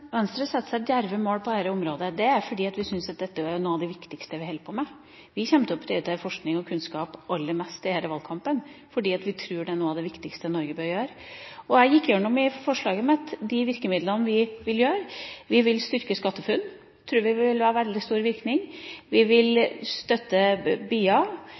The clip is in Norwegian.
Venstre setter seg djerve mål på dette området. Det er fordi vi syns at dette er noe av det viktigste vi holder på med. Vi kommer til å prioritere forskning og kunnskap aller mest i denne valgkampen fordi vi tror det er noe av det viktigste Norge bør gjøre. Jeg gikk i forslaget mitt gjennom de virkemidlene vi vil ta i bruk. Vi vil styrke SkatteFUNN – det tror vi vil ha veldig stor virkning – vi